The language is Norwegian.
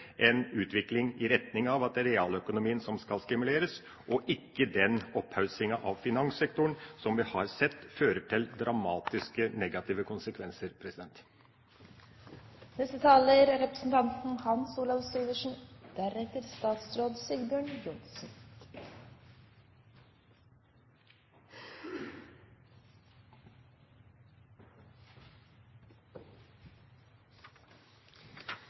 retning av at det er realøkonomien som skal stimuleres, og ikke den opphaussinga av finanssektoren som vi har sett, fører til dramatisk negative konsekvenser.